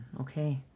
okay